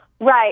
Right